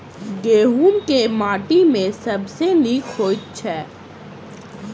गहूम केँ माटि मे सबसँ नीक होइत छै?